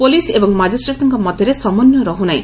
police ଏବଂ ମାକିଷ୍ଡ୍ରେଟଙ୍କ ମଧ୍ଧରେ ସମନ୍ଧୟ ରହୁନାହି